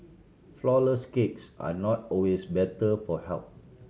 flourless cakes are not always better for health